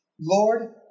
Lord